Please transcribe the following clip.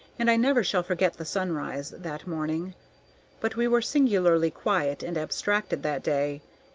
and i never shall forget the sunrise that morning but we were singularly quiet and abstracted that day,